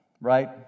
right